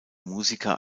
musiker